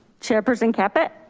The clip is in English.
chairperson caput.